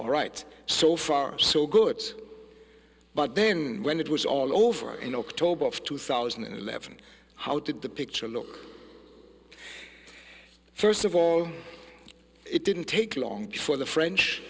all right so far so good but then when it was all over in october of two thousand and eleven how did the picture look first of all it didn't take long before the french